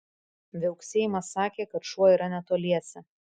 viauksėjimas sakė kad šuo yra netoliese